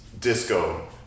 disco